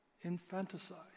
infanticide